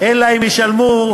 אלא אם ישלמו,